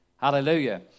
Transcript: Hallelujah